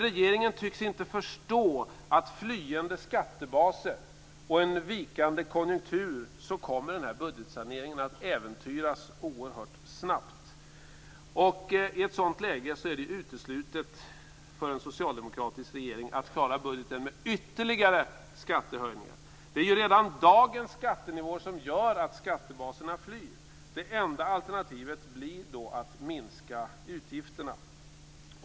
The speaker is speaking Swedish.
Regeringen tycks inte förstå att med flyende skattebaser och en vikande konjunktur kommer budgetsaneringen att äventyras oerhört snabbt. I ett sådant läge är det uteslutet för en socialdemokratisk regering att klara budgeten med ytterligare skattehöjningar. Redan dagens skattenivåer gör att skattebaserna flyr. Det enda alternativet blir då att minska utgifterna.